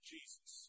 Jesus